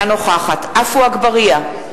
אינה נוכחת עפו אגבאריה,